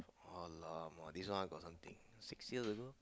!alamak! this one I got something six years ago